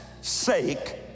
sake